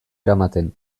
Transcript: eramaten